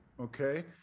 Okay